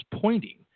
pointing